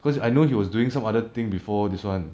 cause I know he was doing some other thing before this one